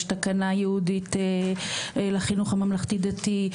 יש תקנה ייעודית לחינוך הממלכתי דתי,